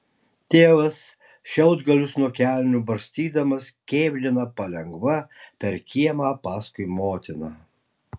tėvas šiaudgalius nuo kelnių barstydamas kėblina palengva per kiemą paskui motiną